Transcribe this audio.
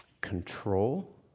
control